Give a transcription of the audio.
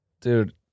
Dude